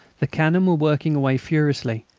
the cannon were working away furiously,